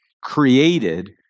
created